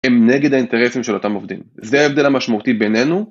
הם נגד האינטרסים של אותם עובדים. זה ההבדל המשמעותי בינינו.